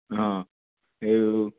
ହଁ ଏ